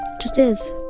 just is